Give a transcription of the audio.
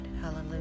Hallelujah